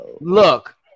Look